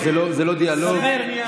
זה העניין.